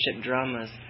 dramas